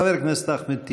חבר הכנסת אחמד טיבי.